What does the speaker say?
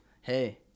Hey